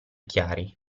chiari